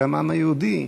גם העם היהודי,